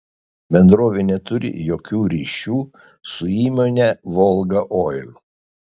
bendrovė neturi jokių ryšių su įmone volga oil